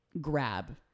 grab